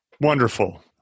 wonderful